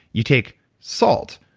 you take salt,